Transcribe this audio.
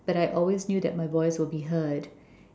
but I always knew that my voice would be heard